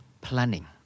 planning